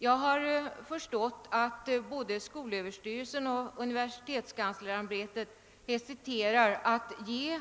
Jag har förstått att både skolöverstyrelsen och universitetskanslersämbetet hesiterar för att ge